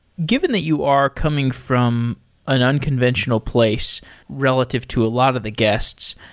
given that you are coming from an unconventional place relative to a lot of the guests,